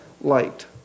light